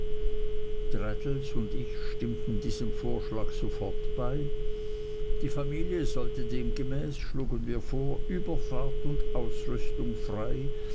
traddles und ich stimmten diesem vorschlage sofort bei die familie sollte demgemäß schlugen wir vor überfahrt und ausrüstung frei